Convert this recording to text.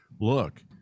look